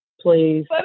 please